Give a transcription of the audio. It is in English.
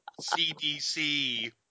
CDC